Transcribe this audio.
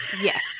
Yes